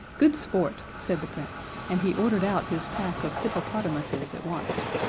good sport, said the prince, and he ordered out his pack of hippopotamuses at once.